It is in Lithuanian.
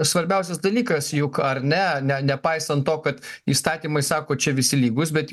svarbiausias dalykas juk ar ne ne nepaisant to kad įstatymai sako čia visi lygūs bet